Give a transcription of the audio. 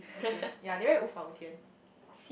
okay yeah they very 无法无天